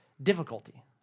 Difficulty